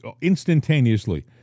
instantaneously